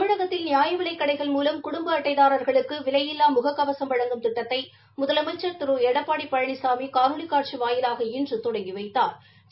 தமிழகத்தில் நியாயவிலைக் கடைகள் மூலம் குடும்ப அட்டைதாராகளுக்கு விலையில்லா முக கவசம் வழங்கும் திட்டத்தை முதலமைச்ச் திரு எடப்பாடி பழனிசாமி காணொலி காட்சி வாயிலாக இன்று தொடங்கி வைத்தாா்